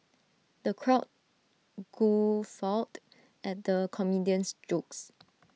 the crowd guffawed at the comedian's jokes